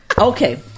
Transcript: okay